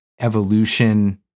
evolution